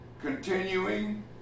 continuing